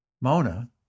Mona